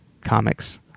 comics